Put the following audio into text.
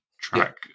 track